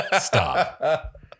stop